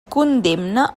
condemna